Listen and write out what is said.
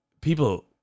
People